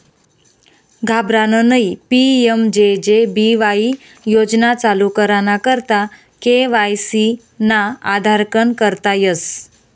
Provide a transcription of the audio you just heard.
घाबरानं नयी PMJJ BY योजना चालू कराना करता के.वाय.सी ना आधारकन करता येस